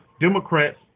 Democrats